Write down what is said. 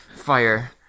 fire